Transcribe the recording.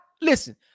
listen